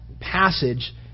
passage